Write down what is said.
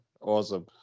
Awesome